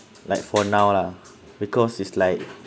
like for now lah because is like